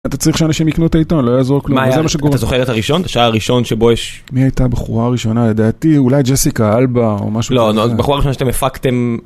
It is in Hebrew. אתה צריך שאנשים יקנו את העיתון לא יעזור כלום - מה היה - זה מה שגורם - אתה זוכר את הראשון? השער הראשון שבו יש, מי הייתה הבחורה הראשונה לדעתי אולי ג'סיקה אלבה או משהו כזה, לא, הבחורה ראשונה שאתם הפקתם,